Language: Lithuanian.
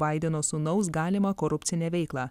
baideno sūnaus galimą korupcinę veiklą